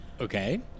okay